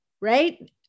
right